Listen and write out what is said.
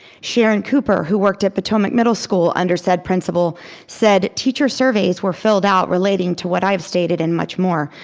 sharon cooper, who worked at potomac middle school under said principal said, teacher surveys were filled out relating to what i have stated and much more.